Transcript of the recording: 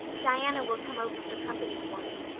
diana will come over for company for me.